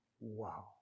Wow